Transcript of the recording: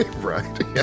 Right